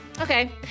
Okay